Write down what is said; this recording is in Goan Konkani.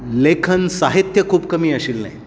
लेखन साहित्य खूब कमी आशिल्लें